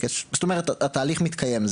זאת אומרת התהליך מתקיים,